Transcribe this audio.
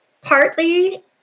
partly